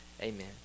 Amen